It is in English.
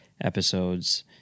episodes